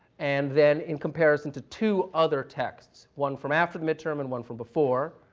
and then in comparison to two other texts, one from after the midterm and one from before,